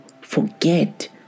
forget